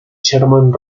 sherman